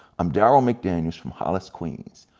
i'm darryl mcdaniels from hollis queens,